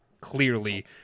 clearly